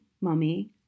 Mummy